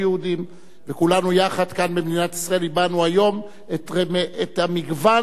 וכולנו יחד כאן במדינת ישראל הבענו היום את מגוון הדעות